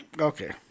Okay